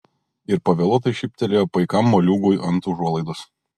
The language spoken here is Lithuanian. ir pavėluotai šyptelėjo paikam moliūgui ant užuolaidos